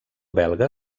belga